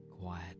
quiet